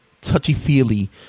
touchy-feely